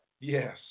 Yes